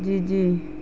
جی جی